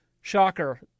Shocker